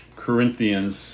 Corinthians